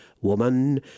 woman